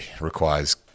requires